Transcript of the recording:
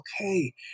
okay